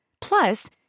Plus